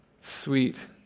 Sweet